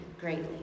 greatly